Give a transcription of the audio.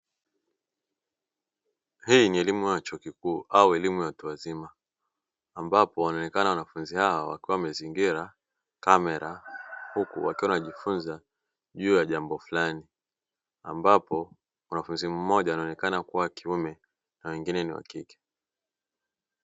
Hii ni elimu ya chuo kikuu au elimu ya watu wazima ambapo wanaonekana wanafunzi hawa wakiwa wamezingira kamera huku wakiwa wanajifunza juu ya jambo fulani ambapo mwanafunzi mmoja anaonekana kuwa wa kiume na wengine ni wakike.